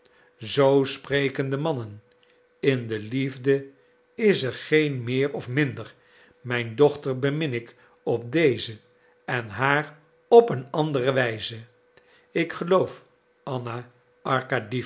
spreken de mannen in de liefde is er geen meer of minder mijn dochter bemin ik op deze en haar op een andere wijze ik geloof anna